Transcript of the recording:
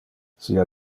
sia